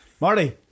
Marty